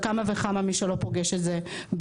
אחת כמה וכמה מי שלא פוגש את זה ביומיום.